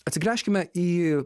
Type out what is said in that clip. atsigręžkime į